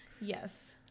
Yes